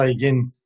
again